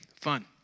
Fun